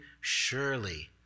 surely